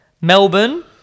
Melbourne